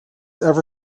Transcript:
ever